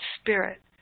spirit